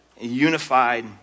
unified